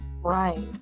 Right